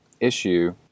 issue